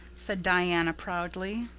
said diana proudly.